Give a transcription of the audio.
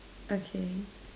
okay